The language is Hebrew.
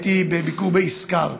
הייתי בביקור בישקר,